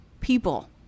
people